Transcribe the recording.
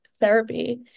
therapy